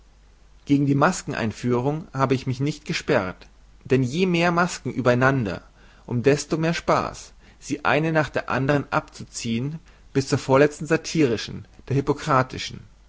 gegen die maskeneinführung habe ich mich nicht gesperrt denn je mehr masken über einander um desto mehr spaß sie eine nach der andern abzuziehen bis zur vorlezten satirischen der hypokratischen